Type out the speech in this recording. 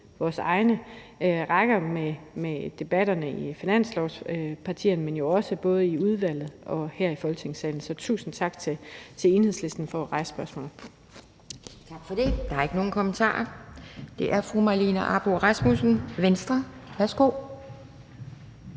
vores egne rækker med debatterne i finanslovspartierne, men jo også i udvalget og her i Folketingssalen. Så tusind tak til Enhedslisten for at rejse spørgsmålet. Kl. 12:22 Anden næstformand (Pia Kjærsgaard): Tak for det. Der er ikke nogen kommentarer. Det er fru Marlene Ambo-Rasmussen, Venstre. Værsgo.